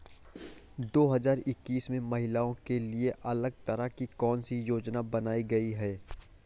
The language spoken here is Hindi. दो हजार इक्कीस में महिलाओं के लिए अलग तरह की कौन सी योजना बनाई गई है?